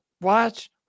Watch